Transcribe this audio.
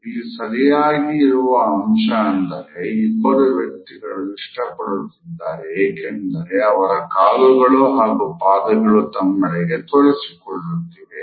ಇಲ್ಲಿ ಸರಿಯಾಗಿ ಅಂಶ ಅಂದರೆ ಇಬ್ಬರೂ ವ್ಯಕ್ತಿಗಳು ಇಷ್ಟ ಪಡುತ್ತಿದ್ದಾರೆ ಏಕೆಂದರೆ ಅವರ ಕಾಲುಗಳು ಹಾಗೂ ಪಾದಗಳು ತಮ್ಮೆಡೆಗೆ ತೋರಿಕೊಳ್ಳುತ್ತಿವೆ